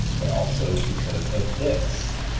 but also because of this